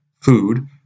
food